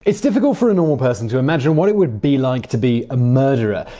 it's difficult for a normal person to imagine what it would be like to be a murderer.